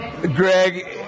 Greg